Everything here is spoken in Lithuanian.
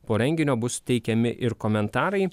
po renginio bus teikiami ir komentarai